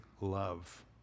love